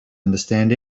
understand